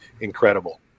incredible